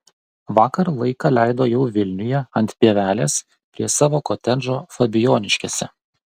vakar laiką leido jau vilniuje ant pievelės prie savo kotedžo fabijoniškėse